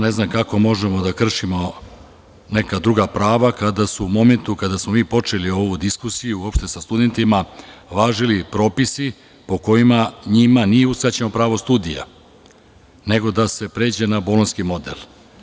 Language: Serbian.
Ne znam kako možemo da kršimo neka druga prava kada su u momentu kada smo mi počeli ovu diskusiju uopšte sa studentima važili propisi po kojima njima nije uskraćeno pravo studija nego da se pređe na bolonjski model.